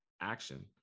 action